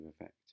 effect